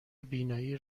بینایی